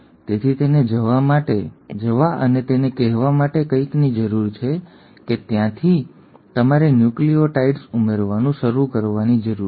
તેથી તેને જવા અને તેને કહેવા માટે કંઈકની જરૂર છે કે ત્યાંથી તમારે ન્યુક્લિઓટાઇડ્સ ઉમેરવાનું શરૂ કરવાની જરૂર છે